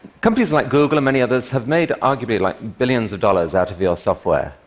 companies like google and many others have made, arguably, like, billions of dollars out of your software.